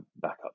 backup